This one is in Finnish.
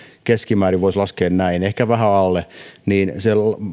keskimäärin voisi laskea näin ehkä vähän alle se